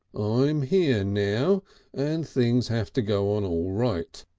i'm here now and things have to go on all right.